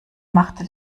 machte